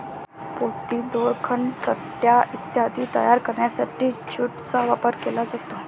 पोती, दोरखंड, चटया इत्यादी तयार करण्यासाठी ज्यूटचा वापर केला जातो